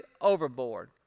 overboard